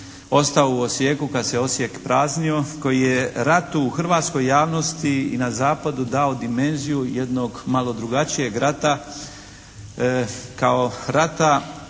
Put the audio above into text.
ostao u Osijeku kad se Osijek praznio, koji je ratu u hrvatskoj javnosti i na zapadu dao dimenziju jednog malo drugačijeg rata kao rata